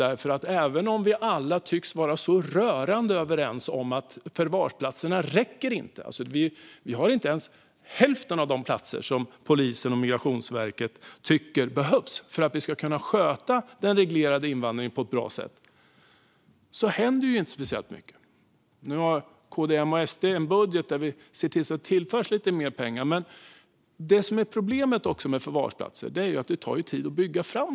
Även om vi alla tycks vara rörande överens om att förvarsplatserna inte räcker - vi har inte ens hälften av de platser som polisen och Migrationsverket tycker behövs för att vi ska kunna sköta den reglerade invandringen på ett bra sätt - händer inte speciellt mycket. Nu har KD, M och SD en budget där vi ser till så att det tillförs lite mer pengar, men problemet med förvarsplatser är också att det tar tid att bygga dem.